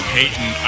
Payton